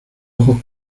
ojos